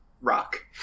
rock